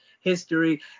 history